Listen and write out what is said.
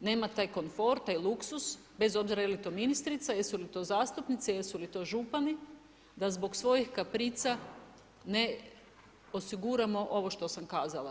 nema taj konfort, taj luksuz, bez obzira je li to ministrica, jesu li to zastupnici, jesu li to župani da zbog svojih kaprica ne osiguramo ovo što sam kazala.